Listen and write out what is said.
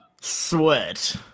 sweat